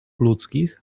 ludzkich